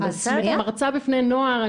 אני מרצה בפני נוער,